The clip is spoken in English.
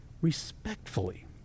respectfully